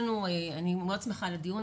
אני מאוד שמחה על הדיון,